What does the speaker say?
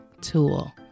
Tool